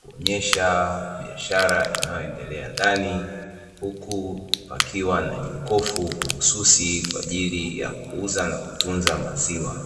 kuonyesha biashara inayoendelea ndani huku pakiwa na jokofu mahususi kwa ajili ya kuuza na kutunza maziwa.